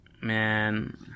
Man